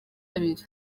abiri